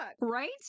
Right